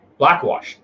Blackwash